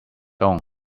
own